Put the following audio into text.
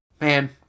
Man